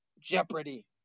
Jeopardy